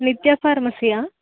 నిత్య ఫార్మసియా